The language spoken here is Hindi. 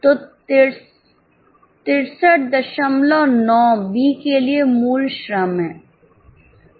तो 639 B के लिए मूल श्रम है